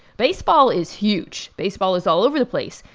baseball is huge. baseball is all over the place.